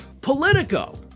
Politico